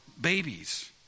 babies